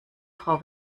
frau